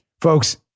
Folks